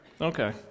Okay